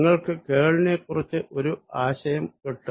നിങ്ങൾക്ക് കേൾ നെ ക്കുറിച്ച് ഒരു ആശയം കിട്ടും